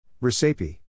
Recipe